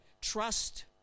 trust